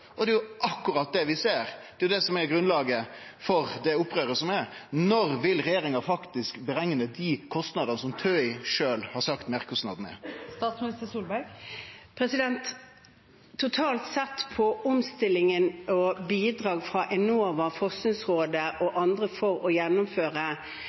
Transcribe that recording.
og det er akkurat det vi ser skje. Det er det som er grunnlaget for opprøret. Når vil regjeringa berekne dei kostnadane som TØI har sagt at meirkostnaden er? Totalt sett på omstilling og bidrag fra Enova,